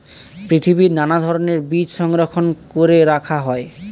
পৃথিবীর নানা ধরণের বীজ সংরক্ষণ করে রাখা হয়